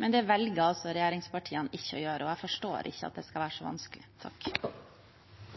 men det velger regjeringspartiene ikke å gjøre. Jeg forstår ikke at det skal være så